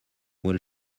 will